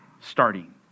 starting